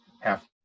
half